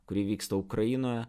kuri vyksta ukrainoje